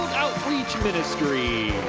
outreach ministry!